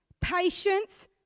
patience